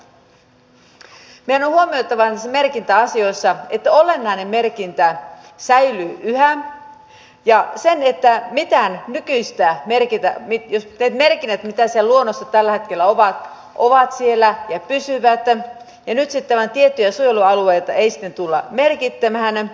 meidän on huomioitava näissä merkintäasioissa että olennainen merkintä säilyy yhä ja se että mitään mykistää heiketä ne merkinnät mitkä siellä luonnossa tällä hetkellä ovat ovat siellä ja pysyvät ja nyt sitten vain tiettyjä suojelualueita ei tulla merkitsemään